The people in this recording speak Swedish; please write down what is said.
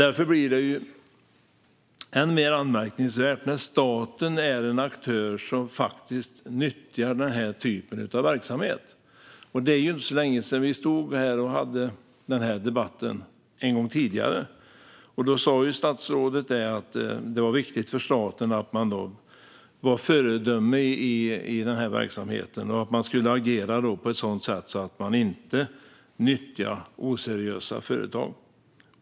Därför blir det än mer anmärkningsvärt när staten är en aktör som faktiskt nyttjar den typen av verksamhet. Det är inte så länge sedan vi stod här och debatterade frågan. Då sa statsrådet att det var viktigt för staten att agera föredömligt i verksamheten och inte nyttja oseriösa företag.